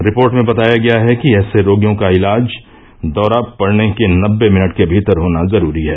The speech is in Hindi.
रिपोर्ट में बताया गया है कि ऐसे रोगियों का इलाज दौरा पड़ने के नब्बे मिनट के भीतर होना जरूरी है